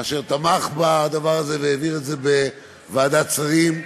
אשר תמך בדבר הזה והעביר את זה בוועדת שרים.